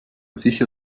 sicher